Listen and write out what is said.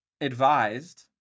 advised